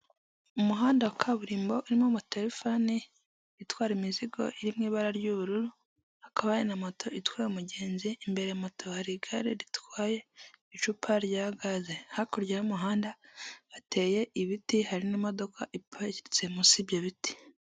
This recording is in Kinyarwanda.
Minisitiri w'intebe w'u Rwanda wabanjirije uriho ubu ngubu, uyu mugabo yitwa Anastase Murekezi akaba yambaye ikoti y'umukara ndetse n'ishati y'umweru n'amadarubindi.